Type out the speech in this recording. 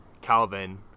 calvin